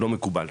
לא מקובל?